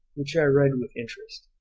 which i read with interest.